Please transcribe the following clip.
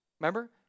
Remember